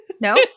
No